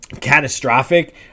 catastrophic